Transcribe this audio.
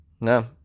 No